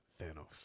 Thanos